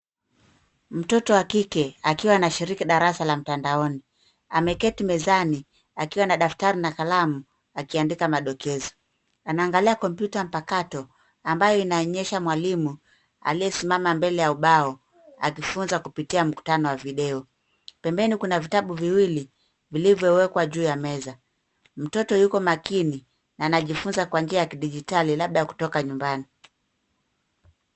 Mtoto wa kike akiwa anashiriki darasa la mtandaoni. Ameketi mezani akiwa na daftari na kalamu akiandika madokezo. Anaangalia kompyuta mpakato ambayo inaonyesha mwalimu aliyesimama mbele ya ubao akifunza kupitia mkutano wa video. Pembeni kuna vitabu viwili vilivyowekwa juu ya meza. Mtoto yuko makini na anajifunza kwa njia ya kidijitali labda kutoka nyumbani.